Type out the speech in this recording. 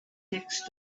next